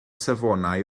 safonau